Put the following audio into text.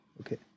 Okay